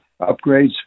upgrades